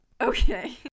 Okay